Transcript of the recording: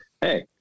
Hey